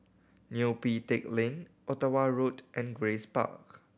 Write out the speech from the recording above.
Neo Pee Teck Lane Ottawa Road and Grace Park